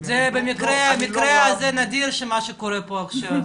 המקרה הזה נדיר של מה שקורה פה עכשיו.